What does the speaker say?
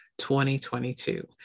2022